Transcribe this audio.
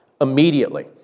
immediately